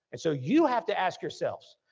and so, you have to ask yourselves,